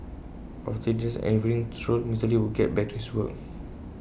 after his dinner and evening stroll Mister lee would get back to his work